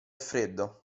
freddo